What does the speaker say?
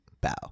bow